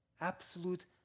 Absolute